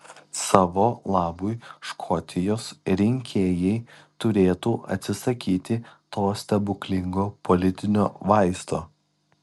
savo labui škotijos rinkėjai turėtų atsisakyti to stebuklingo politinio vaisto